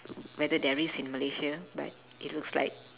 whether there is in malaysia but it looks like